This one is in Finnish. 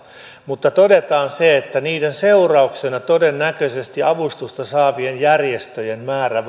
mutta todetaan se että niiden seurauksena todennäköisesti avustusta saavien järjestöjen määrä vähenee